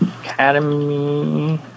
Academy